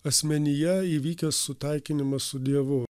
asmenyje įvykęs sutaikinimas su dievu